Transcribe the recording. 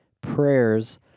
prayers